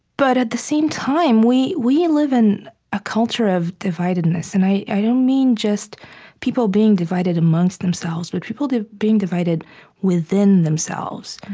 but at the same time, we we live in a culture of dividedness. and i i don't mean just people being divided amongst themselves, but people being divided within themselves.